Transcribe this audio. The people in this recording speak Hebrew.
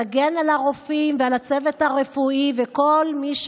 תגן על הרופאים ועל הצוות הרפואי ובכלל.